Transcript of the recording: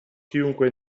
chiunque